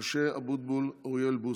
משה אבוטבול ואוריאל בוסו,